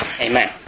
amen